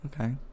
Okay